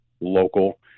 local